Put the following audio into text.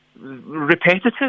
repetitive